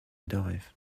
dive